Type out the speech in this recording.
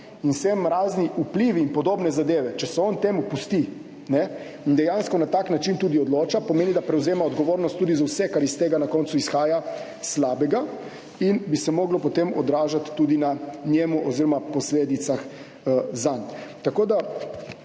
In sem razni vplivi in podobne zadeve, če se on temu pusti in dejansko na tak način tudi odloča, pomeni, da prevzema odgovornost tudi za vse, kar iz tega na koncu slabega izhaja in bi se moglo potem odražati tudi v posledicah zanj.